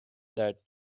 that